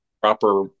proper